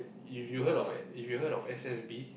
if you heard if you heard of S_S_B